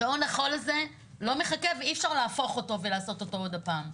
שעון החול הזה לא מחכה ואי-אפשר להפוך אותו ולעשות אותו עוד הפעם.